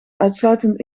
uitsluitend